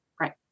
Right